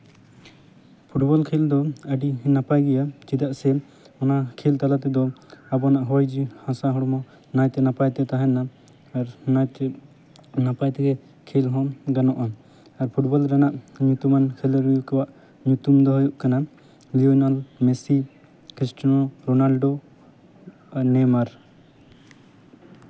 football ᱠᱷᱮᱞᱳᱰ ᱫᱚ ᱟᱹᱰᱤ ᱱᱟᱯᱟᱭ ᱜᱮᱭᱟ ᱪᱮᱫᱟᱜ ᱥᱮ ᱚᱱᱟ ᱠᱷᱮᱞ ᱛᱟᱞᱟ ᱛᱮᱫᱚ ᱟᱵᱚ ᱦᱚᱭ ᱡᱤᱣᱤ ᱦᱟᱥᱟ ᱦᱚᱲᱢᱚ ᱱᱟᱭᱛᱮ ᱱᱟᱯᱟᱭ ᱛᱮ ᱛᱟᱦᱮᱱ ᱢᱟ ᱟᱨ ᱚᱱᱟ ᱠᱷᱮᱞ ᱟᱯᱟᱭ ᱛᱮᱜᱮ ᱠᱷᱮᱞ ᱦᱚᱸ ᱜᱟᱱᱚᱜᱼᱟ ᱟᱨ ᱯᱷᱩᱴᱵᱚᱞ ᱨᱮᱱᱟᱜ ᱧᱩᱛᱩᱢᱟᱱ ᱠᱷᱮᱞᱳᱰᱤᱭᱟᱹ ᱠᱚᱣᱟᱜ ᱧᱩᱛᱩᱢ ᱫᱚ ᱦᱩᱭᱩᱜ ᱠᱟᱱᱟ ᱞᱤᱭᱚᱱᱟᱱ ᱢᱮᱥᱤ ᱠᱨᱤᱥᱴᱚᱱᱳ ᱨᱳᱱᱟᱞᱰᱳ ᱟᱨ ᱱᱮᱭᱢᱟᱨ